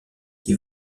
qui